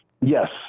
Yes